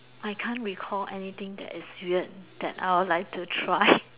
I can't recall anything that is weird that I would like to try